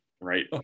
Right